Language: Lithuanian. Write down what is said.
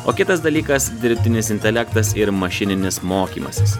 o kitas dalykas dirbtinis intelektas ir mašininis mokymasis